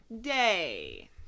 day